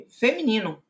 feminino